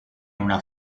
una